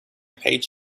page